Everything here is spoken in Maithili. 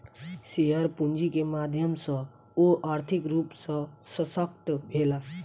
शेयर पूंजी के माध्यम सॅ ओ आर्थिक रूप सॅ शशक्त भेला